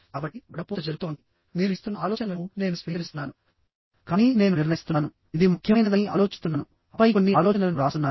కాబట్టి ఒక వడపోత జరుగుతోంది మీరు ఇస్తున్న అన్ని ఆలోచనలను నేను స్వీకరిస్తున్నాను కానీ నేను నిర్ణయిస్తున్నాను ఇది ముఖ్యమైనదని నేను ఆలోచిస్తున్నాను ఆపై నేను కొన్ని ఆలోచనలను వ్రాస్తున్నాను